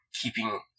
keeping